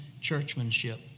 churchmanship